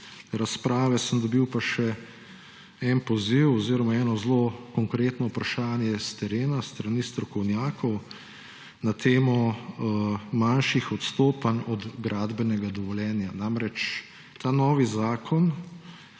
razprave sem dobil pa še en poziv oziroma eno zelo konkretno vprašanje s terena s strani strokovnjakov na temo manjših odstopanj od gradbenega dovoljenja. Namreč, ta novi zakon